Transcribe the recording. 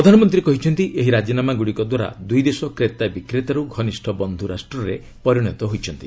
ପ୍ରଧାନମନ୍ତ୍ରୀ କହିଛନ୍ତି ଏହି ରାଜିନାମାଗୁଡ଼ିକ ଦ୍ୱାରା ଦୁଇ ଦେଶ କ୍ରେତା ବିକ୍ରେତାରୁ ଘନିଷ୍ଠ ବନ୍ଧୁ ରାଷ୍ଟ୍ରରେ ପରିଣତ ହୋଇଛନ୍ତି